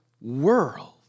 world